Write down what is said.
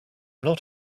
not